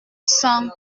cents